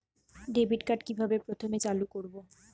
Debit card কিভাবে প্রথমে চালু করব?